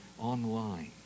online